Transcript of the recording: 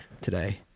today